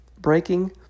breaking